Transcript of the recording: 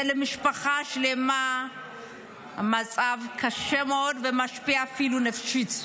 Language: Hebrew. משפחה שלמה במצב קשה מאוד, וזה משפיע אפילו נפשית.